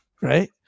Right